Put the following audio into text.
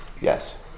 Yes